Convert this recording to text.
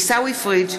עיסאווי פריג',